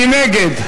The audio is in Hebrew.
מי נגד?